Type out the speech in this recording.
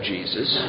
Jesus